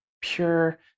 pure